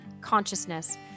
consciousness